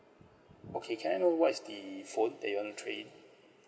okay can I know what is the phone that you want to trade in